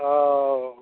ओ